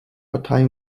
partei